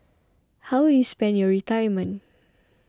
how will you spend your retirement